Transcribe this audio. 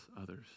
others